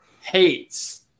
hates